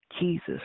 Jesus